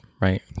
right